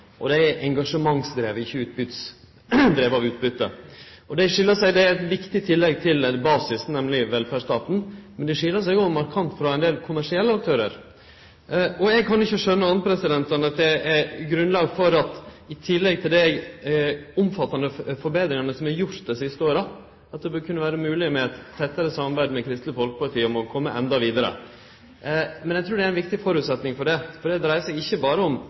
og dei er engasjementsdrivne, ikkje drivne av utbytte. Dei skil seg ut ved at dei er eit viktig tillegg til basisen, nemleg velferdsstaten, men dei skil seg òg markant ut frå ein del kommersielle aktørar. Eg kan ikkje skjøne anna enn at det er grunnlag for at det i tillegg til dei omfattande forbetringane som er gjorde dei siste åra, kunne vere mogleg med eit tettare samarbeid med Kristeleg Folkeparti om å kome endå vidare. Men eg trur at det er ein viktig føresetnad for det, for det dreier seg ikkje berre om